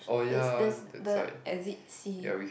there's there's the exit C